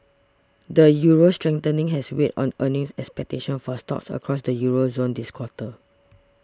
the euro's strengthening has weighed on earnings expectations for stocks across the Euro zone this quarter